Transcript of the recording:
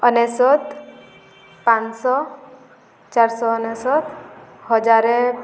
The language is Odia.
ଅନେଶ୍ୱତ ପାଞ୍ଚଶହ ଚାରିଶହ ଅନେଶ୍ୱତ ହଜାର